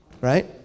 right